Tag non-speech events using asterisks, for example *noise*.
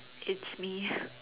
it's me *breath*